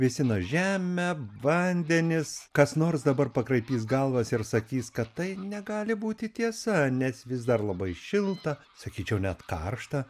vėsina žemę vandenis kas nors dabar pakraipys galvas ir sakys kad tai negali būti tiesa nes vis dar labai šilta sakyčiau net karšta